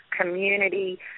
Community